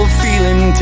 feeling